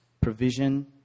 Provision